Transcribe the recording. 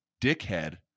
dickhead